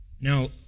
Now